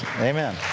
Amen